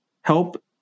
help